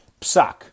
Psak